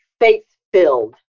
faith-filled